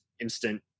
instant